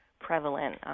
prevalent